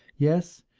yes,